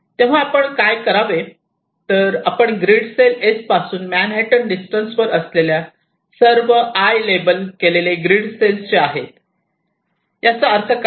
तेव्हा आपण काय करावे तर आपण ग्रिड सेल S पासून मॅनहॅटन डिस्टन्स वर असलेल्या सर्व 'i' लेबल केलेले ग्रीड सेल्सचे आहेत याचा अर्थ काय